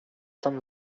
tam